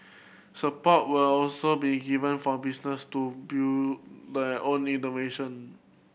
support will also be given for business to build their own innovation